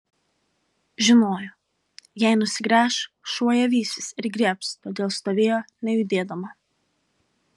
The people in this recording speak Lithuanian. žinojo jei nusigręš šuo ją vysis ir griebs todėl stovėjo nejudėdama